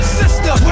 sister